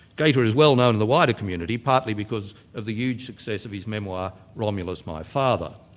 gaita is well-known in the wider community partly because of the huge success of his memoir romulus, my father.